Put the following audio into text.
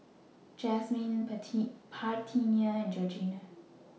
Jazmine Parthenia and Georgina